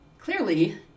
clearly